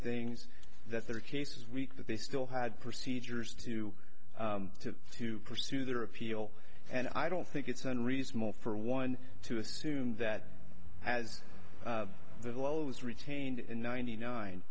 things that their case is weak that they still had procedures to to to pursue their appeal and i don't think it's unreasonable for one to assume that as the low is retained in ninety nine